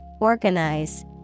organize